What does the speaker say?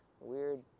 Weird